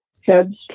heads